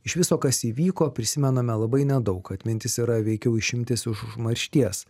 iš viso kas įvyko prisimename labai nedaug atmintis yra veikiau išimtis iš užmaršties